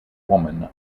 woman